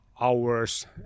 hours